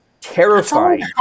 terrifying